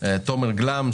תומר גלאם,